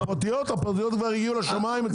הפרטיות כבר הגיעו לשמיים אצלכם.